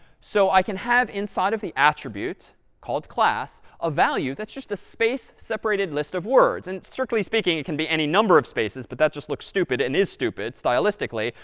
so i can have inside of the attributes attributes called class a value that's just a space-separated list of words. and strictly speaking, it can be any number of spaces, but that's just looks stupid and is stupid, stylistically,